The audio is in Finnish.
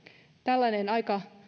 tällainen aika